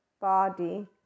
body